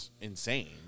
insane